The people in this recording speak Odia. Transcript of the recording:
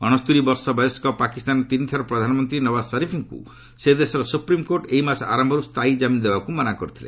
ଅଣସ୍ତରି ବର୍ଷ ବୟସ୍କ ପାକିସ୍ତାନର ତିନି ଥର ପ୍ରଧାନମନ୍ତ୍ରୀ ନୱାଜ୍ ଶରିଫ୍ଙ୍କୁ ସେଦେଶର ସୁପ୍ରିମ୍କୋର୍ଟ ଏଇ ମାସ ଆରମ୍ଭରୁ ସ୍ଥାୟୀ କାମିନ୍ ଦେବାକୁ ମନା କରିଥିଲେ